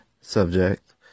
subject